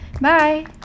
Bye